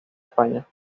españa